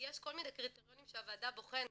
ויש כל מיני קריטריונים שהוועדה בוחנת,